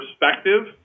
perspective